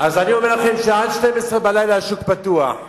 אני אומר לכם שעד שתים-עשרה בלילה השוק פתוח,